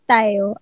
tayo